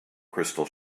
crystal